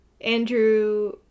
Andrew